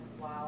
wow